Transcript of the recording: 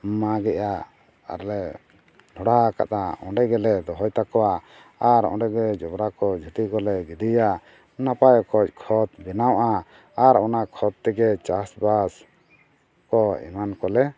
ᱢᱟᱜᱮᱫᱼᱟ ᱟᱨᱞᱮ ᱰᱷᱚᱸᱰᱟ ᱟᱠᱟᱫᱼᱟ ᱚᱸᱰᱮ ᱜᱮᱞᱮ ᱫᱚᱦᱚᱭ ᱛᱟᱠᱚᱣᱟ ᱟᱨ ᱚᱸᱰᱮᱜᱮ ᱡᱚᱵᱨᱟ ᱠᱚ ᱡᱷᱟᱹᱴᱤ ᱠᱚᱞᱮ ᱜᱤᱰᱤᱭᱟ ᱱᱟᱯᱟᱭ ᱚᱠᱚᱡ ᱠᱷᱚᱛ ᱵᱮᱱᱟᱜᱼᱟ ᱟᱨ ᱚᱱᱟ ᱠᱷᱚᱛ ᱛᱮᱜᱮ ᱪᱟᱥᱵᱟᱥ ᱠᱚ ᱮᱢᱟᱱ ᱠᱚᱞᱮ